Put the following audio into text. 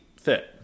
fit